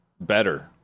better